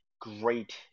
great